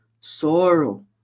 sorrow